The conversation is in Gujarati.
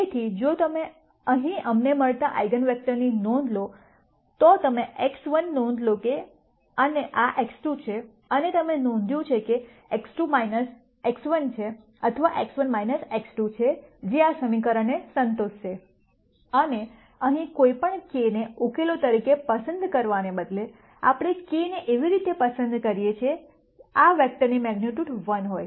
તેથી જો તમે અહીં અમને મળતા આઇગનવેક્ટરની નોંધ લો તો તમે X1 નોંધ લો કે અને આ X2 છે અને તમે નોંધ્યું છે કે X2 X1 છે અથવા X1 X2 છે જે આ સમીકરણને સંતોષશે અને અહીં કોઈ પણ k ને ઉકેલો તરીકે પસંદ કરવાને બદલે આપણે k ને એવી રીતે પસંદ કરીએ છીએ આ વેક્ટરની મેગ્નીટ્યૂડ 1 હોઈ